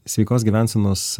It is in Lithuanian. sveikos gyvensenos